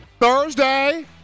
Thursday